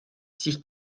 sich